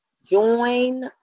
Join